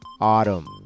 Autumn